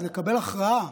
אז לקבל הכרעה,